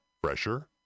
Fresher